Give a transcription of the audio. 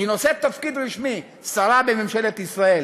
היא נושאת תפקיד רשמי, שרה בממשלת ישראל,